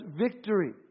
victory